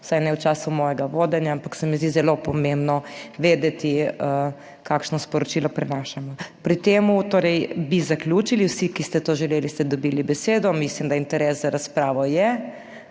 vsaj ne v času mojega vodenja, ampak se mi zdi zelo pomembno vedeti, kakšno sporočilo prenašamo pri tem. Torej bi zaključili. Vsi, ki ste to želeli, ste dobili besedo. Mislim, da interes za razpravo je,